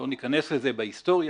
לא ניכנס לזה בהיסטוריה,